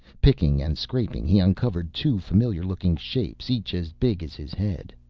picking and scraping he uncovered two familiar looking shapes each as big as his head.